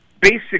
basic